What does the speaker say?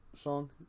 song